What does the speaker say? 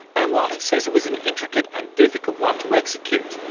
and while he says it was an intricate and difficult one to execute,